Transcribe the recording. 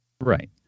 right